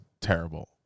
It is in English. terrible